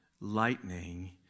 lightning